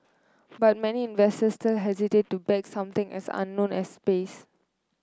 but many investors still hesitate to back something as unknown as space